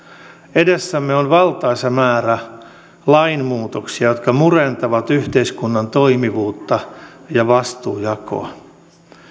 edessämme on valtaisa määrä lainmuutoksia jotka murentavat yhteiskunnan toimivuutta ja vastuunjakoa